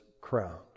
crowned